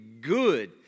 good